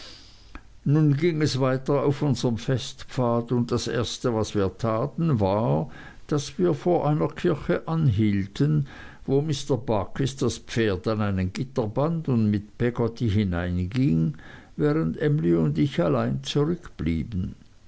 nun ging es weiter auf unserm festpfad und das erste was wir taten war daß wir vor einer kirche anhielten wo mr barkis das pferd an ein gitter band und mit peggotty hineinging während emly und ich allein zurückblieben